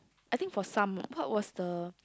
I think for some what was the